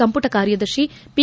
ಸಂಪುಟ ಕಾರ್ಯದರ್ತಿ ಪಿ